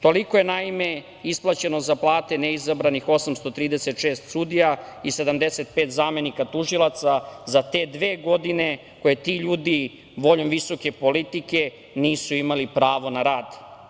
Toliko je naime isplaćeno za plate neizabranih 836 sudija i 75 zamenika tužilaca za te dve godine koje ti ljudi, voljom visoke politike, nisu imali pravo na rad.